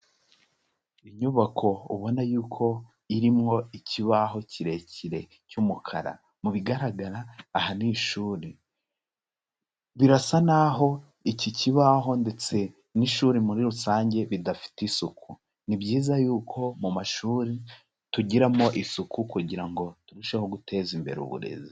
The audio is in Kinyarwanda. Inyubako ubona yuko irimwo ikibaho kirekire cy'umukara, mu bigaragara aha ni ishuri birasa naho iki kibaho ndetse n'ishuri muri rusange bidafite isuku. Ni byiza yuko mu mashuri tugiramo isuku kugira ngo turusheho guteza imbere uburezi.